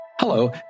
Hello